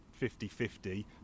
50-50